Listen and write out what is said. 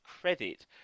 credit